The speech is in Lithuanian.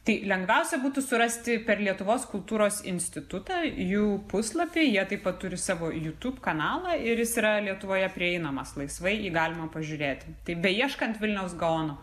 tai lengviausia būtų surasti per lietuvos kultūros institutą jų puslapy jie taip pat turi savo jutub kanalą ir jis yra lietuvoje prieinamas laisvai jį galima pažiūrėti tai beieškant vilniaus gaono